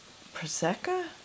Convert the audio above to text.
Prosecco